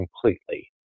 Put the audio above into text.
completely